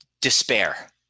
despair